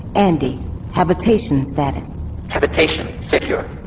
andi habitation status habitation secure.